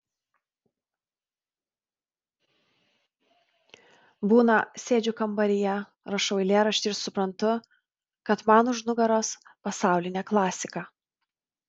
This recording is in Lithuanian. būna sėdžiu kambaryje rašau eilėraštį ir suprantu kad man už nugaros pasaulinė klasika